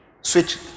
switch